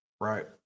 right